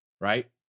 Right